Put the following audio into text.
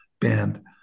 band